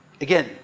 Again